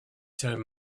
turned